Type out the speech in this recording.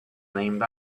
named